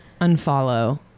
unfollow